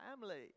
family